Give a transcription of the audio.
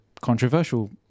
controversial